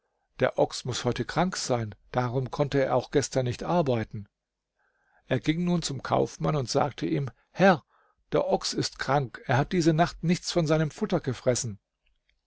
der ochs muß heute krank sein darum konnte er auch gestern nicht arbeiten er ging nun zum kaufmann und sagte ihm herr der ochs ist krank er hat diese nacht nichts von seinem futter gefressen